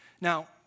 Now